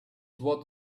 what